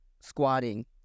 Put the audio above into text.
squatting